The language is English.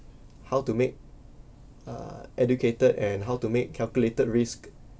how to make uh educated and how to make calculated risk